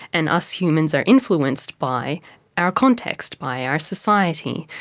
and us humans are influenced by our context, by our society.